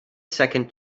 second